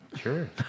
Sure